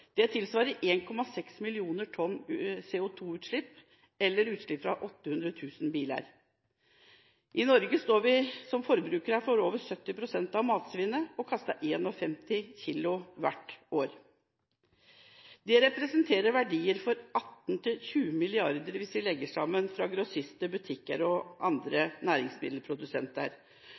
Det tilsvarer 1,6 millioner tonn CO2-utslipp, eller utslipp fra 800 000 biler. I Norge står vi som forbrukere for over 70 pst. av matsvinnet, og vi kaster 51 kg hver i året. Dette representerer verdier for 18–20 mrd. kr, hvis vi legger sammen tall fra grossister, butikker og andre næringsmiddelprodusenter.